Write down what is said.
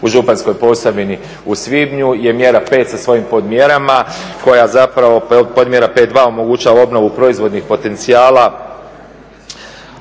u Županjskoj posavini u svibnju je mjera P sa svojim podmjerama koja zapravo, podmjera P2 omogućava obnovu proizvodnih potencijala